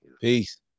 peace